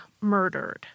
murdered